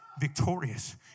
victorious